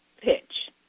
pitch